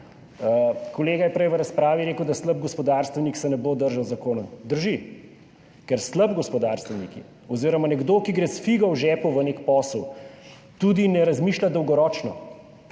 Kolega je prej v razpravi rekel, da se slab gospodarstvenik ne bo držal zakona. Drži, ker slab gospodarstvenik oziroma nekdo, ki gre s figo v žepu v nek posel, tudi ne razmišlja dolgoročno,